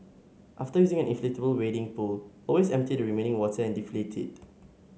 after using an inflatable wading pool always empty the remaining water and deflate it